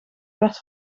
werd